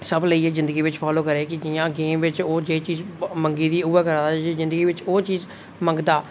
सब लेइयै जिंदगी बिच फालो करै कि कि'यां गेम बिच ओह् जेही चीज मंगी दी उ'ऐ करा दा अगर जिंदगी बिच ओह् चीज मंगदा